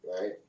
right